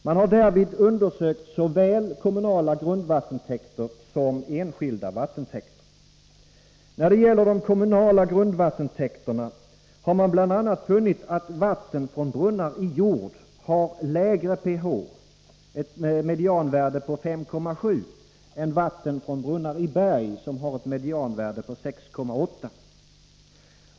Man har därvid undersökt såväl kommunala grundvattentäkter som enskilda vattentäkter. När det gäller de kommunala grundvattentäkterna har man bl.a. funnit att vatten från brunnar i jord har lägre pH — ett medianvärde på 5,7 — än vatten från brunnar i berg, som har ett medianvärde på 6,8.